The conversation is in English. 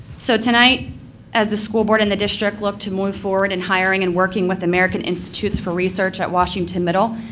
so, tonight as the school board and the district look to move forward in hiring and working with american institutes for research at washington middle,